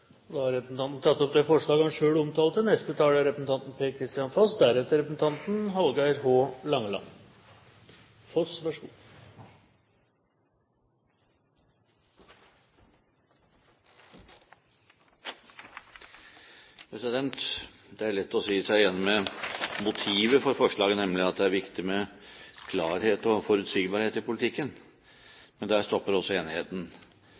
Da har representanten Anders Anundsen tatt opp det forslaget han refererte til. Det er lett å si seg enig i motivet for forslaget, nemlig at det er viktig med klarhet og forutsigbarhet i politikken. Men der stopper også enigheten.